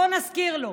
בואו נזכיר לו: